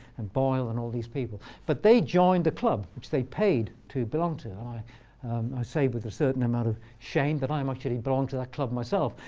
and boyle, and all these people. but they joined the club, which they paid to belong to. and i say with a certain amount of shame that i um actually belong to the club myself.